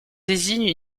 désigne